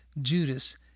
Judas